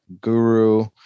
guru